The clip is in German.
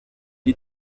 die